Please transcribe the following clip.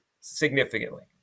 significantly